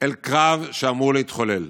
אל קרב שאמור להתחולל.